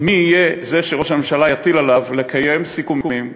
מי יהיה זה שראש הממשלה יטיל עליו לקיים סיכומים,